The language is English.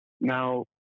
Now